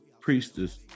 priestess